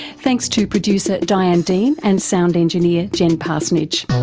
thanks to producer diane dean and sound engineer jen parsonage.